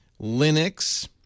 Linux